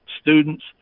students